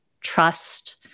trust